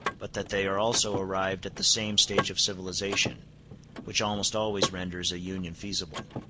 but that they are also arrived at the same stage of civilization which almost always renders a union feasible.